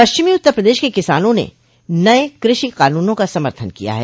पश्चिमी उत्तर पदेश के किसानों ने नये कृषि कानूनों का समर्थन किया है